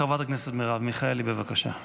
חברת הכנסת מרב מיכאלי, בבקשה.